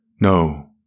No